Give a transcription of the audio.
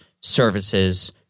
services